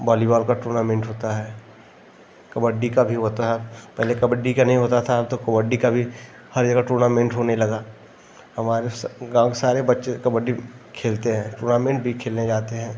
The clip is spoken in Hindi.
बालीवाल का टूर्नामेंट होता है कबड्डी का भी होता है पहले कबड्डी का नहीं होता था अब तो कबड्डी का भी हर जगह टूर्नामेंट होने लगा हमारे गाँव के सारे बच्चे कबड्डी खेलते हैं टूर्नामेंट भी खेलने जाते हैं